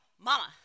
Mama